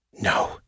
No